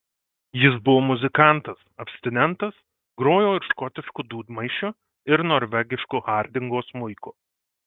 jis buvo muzikantas abstinentas grojo ir škotišku dūdmaišiu ir norvegišku hardingo smuiku